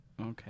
Okay